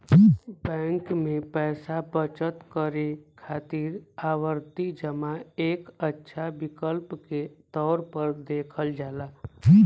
bank में पैसा बचत करे खातिर आवर्ती जमा एक अच्छा विकल्प के तौर पर देखल जाला